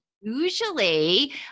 usually